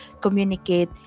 communicate